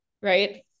right